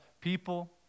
people